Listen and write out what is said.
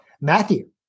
Matthew